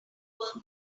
work